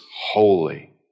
holy